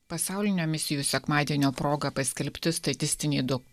pasaulinio misijų sekmadienio proga paskelbti statistiniai dok